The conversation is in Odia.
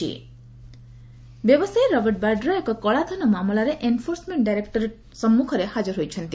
ଇଡି ବାଡ୍ରା ବ୍ୟବସାୟୀ ରବର୍ଟ ବାଡ୍ରା ଏକ କଳାଧନ ମାମଲାରେ ଏନଫୋର୍ସମେଣ୍ଟ ଡାଇରେକ୍ଟୋରେଟ ସମ୍ମୁଖରେ ହାଜର ହୋଇଛନ୍ତି